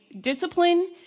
Discipline